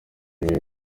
ibihe